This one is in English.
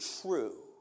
true